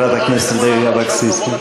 חברת הכנסת לוי אבקסיס.